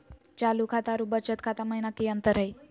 चालू खाता अरू बचत खाता महिना की अंतर हई?